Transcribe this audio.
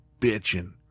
bitching